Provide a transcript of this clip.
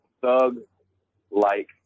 thug-like